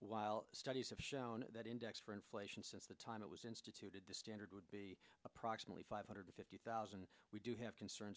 while studies have shown that indexed for inflation since the time it was instituted the standard would be approximately five hundred fifty thousand and we do have concerns